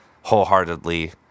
wholeheartedly